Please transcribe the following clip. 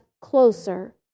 closer